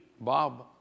Bob